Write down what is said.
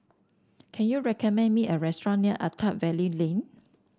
can you recommend me a restaurant near Attap Valley Lane